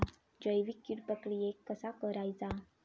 जैविक कीड प्रक्रियेक कसा करायचा?